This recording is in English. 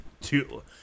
two